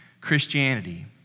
Christianity